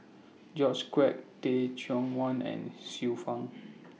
George Quek Teh Cheang Wan and Xiu Fang